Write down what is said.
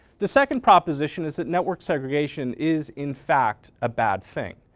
the second proposition is that network segregation is in fact a bad thing.